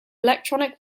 electronic